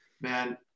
man